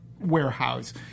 warehouse